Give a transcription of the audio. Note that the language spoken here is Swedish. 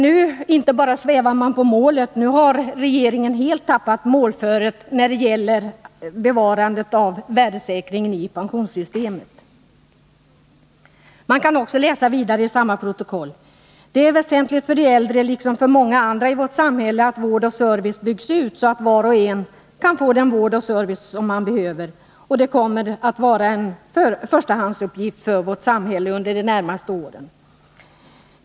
Nu svävar man inte bara på målet, nu har regeringen helt tappat målföret när det gäller bevarandet av värdesäkringen i pensionssystemet. Man kan läsa vidare i samma protokoll: ”Det är väsentligt för de äldre, liksom för många andra i vårt samhälle, att vård och service byggs ut så att var och en kan få den vård och service som han behöver. Det kommer att vara en förstahandsuppgift för vårt samhälle under de närmaste åren.